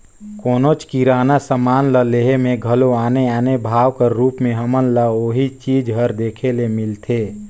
कोनोच किराना समान ल लेहे में घलो आने आने भाव कर रूप में हमन ल ओही चीज हर देखे ले मिलथे